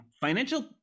Financial